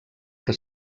que